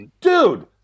dude